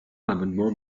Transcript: l’amendement